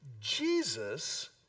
Jesus